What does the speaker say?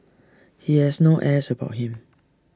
he has no airs about him